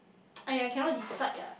!aiya! cannot decide ya